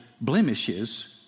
blemishes